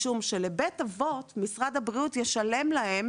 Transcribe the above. משום שלבית אבות משרד הבריאות ישלם לשניהם